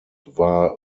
war